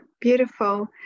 beautiful